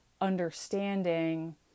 understanding